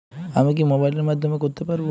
আমি কি মোবাইলের মাধ্যমে করতে পারব?